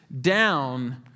down